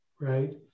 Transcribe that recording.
right